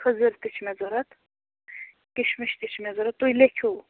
خٔزٕر تہِ چھِ مےٚ ضوٚرتھ کِشمِش تہِ چھِ مےٚ ضوٚرتھ تُہۍ لیٚکھِو